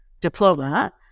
diploma